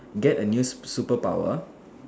get a new superpower